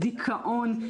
דיכאון.